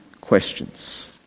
questions